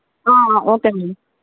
ఓకేనండి